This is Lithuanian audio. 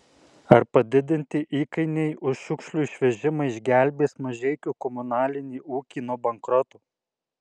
ar padidinti įkainiai už šiukšlių išvežimą išgelbės mažeikių komunalinį ūkį nuo bankroto